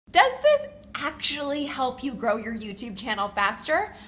does this actually help you grow your youtube channel faster?